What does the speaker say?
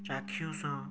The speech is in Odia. ଚାକ୍ଷୁଷ